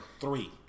Three